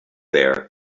there